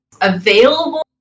available